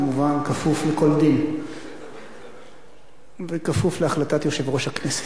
כמובן כפוף לכל דין וכפוף להחלטת יושב-ראש הכנסת.